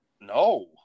No